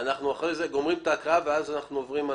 אנחנו גומרים את ההקראה ואז אנחנו עוברים על